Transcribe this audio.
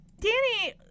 Danny